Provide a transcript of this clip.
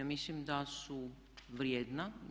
Mislim da su vrijedna.